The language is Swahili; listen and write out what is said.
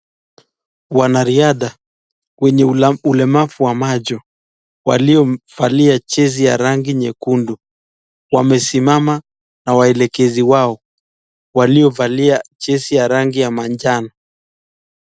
Wanariadha wenye ulemavu wa macho, waliovalia jezi ya rangi nyekundu , wamesimama na waelekezi wao waliovalia jezi ya rangi ya manjano.